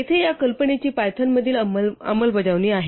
येथे या कल्पनेची पायथन मधील अंमलबजावणी आहे